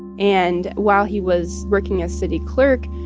and while he was working as city clerk,